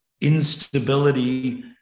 instability